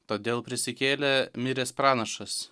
todėl prisikėlė miręs pranašas